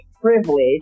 privilege